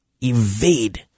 evade